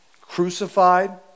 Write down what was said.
crucified